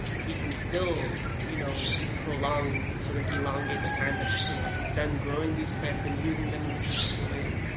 we can still you know prolong, sort of elongate the time that you know i can spend growing these plants and using them in the traditional ways.